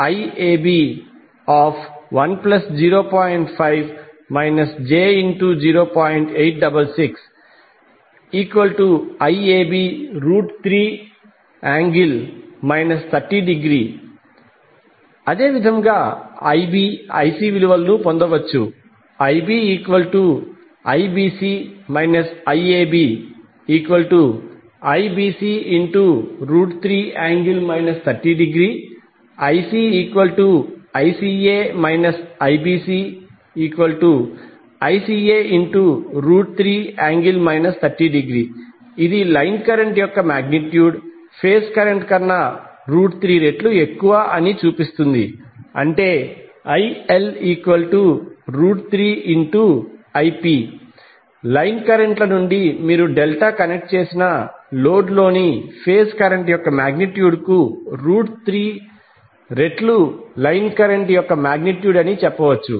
866IAB3∠ 30° అదే విధముగా IbIBC IABIBC3∠ 30° IcICA IBCICA3∠ 30° ఇది లైన్ కరెంట్ యొక్క మాగ్నిట్యూడ్ ఫేజ్ కరెంట్ కన్నా 3రెట్లు ఎక్కువ అని చూపిస్తుంది అనగా IL3Ip లైన్ కరెంట్ ల నుండి మీరు డెల్టా కనెక్ట్డ్ చేసిన లోడ్ లోని ఫేజ్ కరెంట్ యొక్క మాగ్నిట్యూడ్ కు రూట్ 3రెట్లు లైన్ కరెంట్ యొక్క మాగ్నిట్యూడ్ అని చెప్పవచ్చు